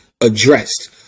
addressed